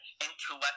intellectual